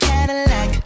Cadillac